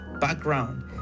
background